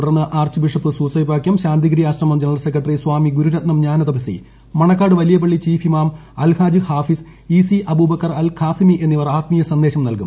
തുടർന്ന് archbishop Soosapakiam Santhigiri Ashram general secretary Swami Gururathnam Jnanathapaswi Manacaud Valiyapalli chief ഇമാം Alhaj Hafiz E C Abubacker Alkhasimi എന്നിവർ ആത്മീയ സന്ദേശം നൽകും